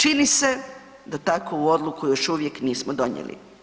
Čini se da takovu odluku još uvijek nismo donijeli.